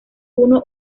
uno